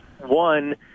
One